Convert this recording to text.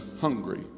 hungry